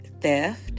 theft